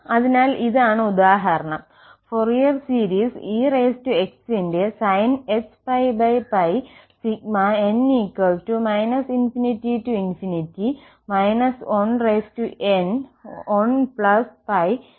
അതിനാൽ ഇതാണ് ഉദാഹരണം ഫോറിയർ സീരീസ് ex ന്റെ sinhππn ∞ 1n1¿1n2einx